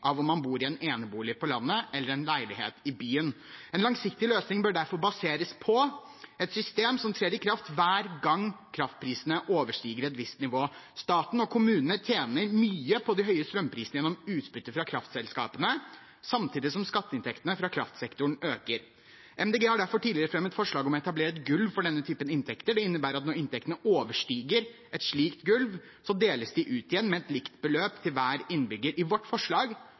av om man bor i en enebolig på landet eller i en leilighet i byen. En langsiktig løsning bør derfor baseres på et system som trer i kraft hver gang kraftprisene overstiger et visst nivå. Staten og kommunene tjener mye på de høye strømprisene gjennom utbytte fra kraftselskapene, samtidig som skatteinntektene fra kraftsektoren øker. Miljøpartiet De Grønne har derfor tidligere fremmet forslag om å etablere et gulv for denne typen inntekter. Det innebærer at når inntektene overstiger et slikt gulv, deles de ut igjen med et likt beløp til hver innbygger. I vårt forslag